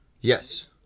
yes